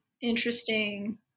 interesting